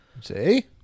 See